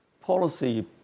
policy